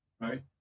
right